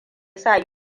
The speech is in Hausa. sa